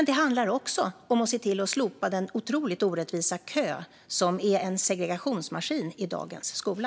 Det handlar också om att se till att slopa den otroligt orättvisa kö som är en segregationsmaskin i dagens skola.